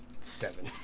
Seven